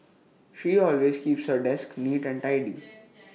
she always keeps her desk neat and tidy